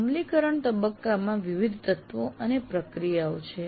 અમલીકરણ તબક્કામાં વિવિધ તત્વો અને પ્રક્રિયાઓ છે